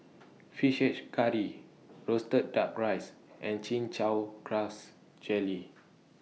Fish Head Curry Roasted Duck Rice and Chin Chow Grass Jelly